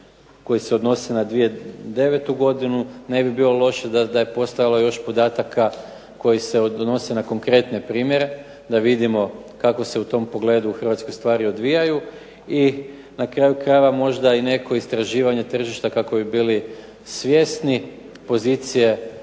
koji se odnose na 2009. godinu. Ne bi bilo loše da je postojalo još podataka koji se odnose na konkretne primjere da vidimo kako se u tom pogledu u Hrvatskoj stvari odvijaju i na kraju krajeva možda i neko istraživanje tržišta kako bi bili svjesni pozicije potrošača